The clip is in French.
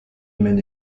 maine